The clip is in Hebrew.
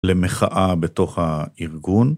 למחאה בתוך הארגון.